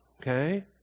Okay